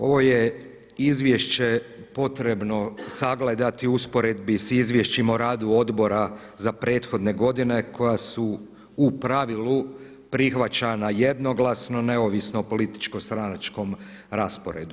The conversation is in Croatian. Ovo je izvješće potrebno sagledati u usporedbi s izvješćima o radu odbora za prethodne godine koja su u pravilu prihvaćana jednoglasno neovisno o političko-stranačkom rasporedu.